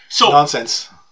nonsense